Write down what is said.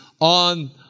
on